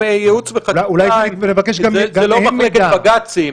ייעוץ וחקיקה, זה לא מחלקת בג"צים,